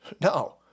No